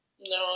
No